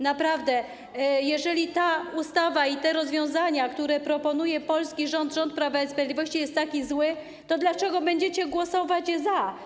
Naprawdę, jeżeli ta ustawa i te rozwiązania, które proponuje polski rząd, rząd Prawa i Sprawiedliwości, są takie złe, to dlaczego będziecie głosować za?